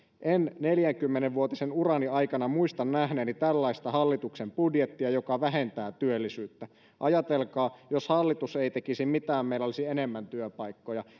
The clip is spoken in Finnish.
en neljäkymmentä vuotisen urani aikana muista nähneeni tällaista hallituksen budjettia joka vähentää työllisyyttä ajatelkaa jos hallitus ei tekisi mitään meillä olisi enemmän työpaikkoja